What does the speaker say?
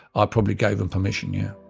ah probably gave them permission yeah